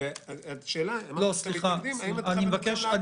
השאלה --- סליחה, אני מבקש.